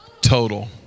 total